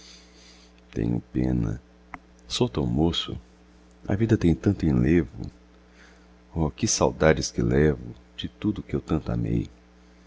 tenho pena sou tão moço a vida tem tanto enlevo oh que saudades que levo de tudo que eu tanto amei